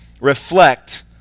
Reflect